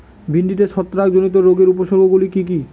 ভিন্ডিতে ছত্রাক জনিত রোগের উপসর্গ গুলি কি কী?